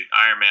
Ironman